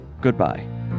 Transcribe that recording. Goodbye